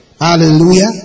Hallelujah